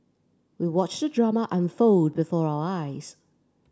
we watched the drama unfold before our eyes